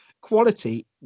quality